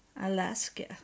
Alaska